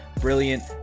brilliant